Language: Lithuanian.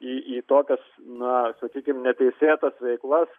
į į tokias na sakykim neteisėtas veiklas